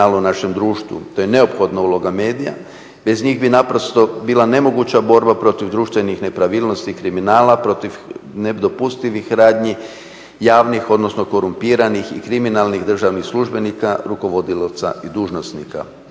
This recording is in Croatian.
To je neophodna uloga medija, bez njih bi naprosto bila nemoguća borba protiv društvenih nepravilnosti i kriminala, protiv nedopustivih radnji, javnih odnosno korumpiranih i kriminalnih državnih službenika, rukovodilaca i dužnosnika.